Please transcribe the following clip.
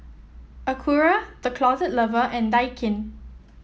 Acura The Closet Lover and Daikin